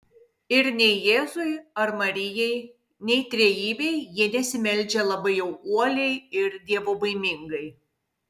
ir nei jėzui ar marijai nei trejybei jie nesimeldžia labai jau uoliai ir dievobaimingai